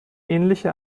ähnliche